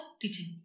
teaching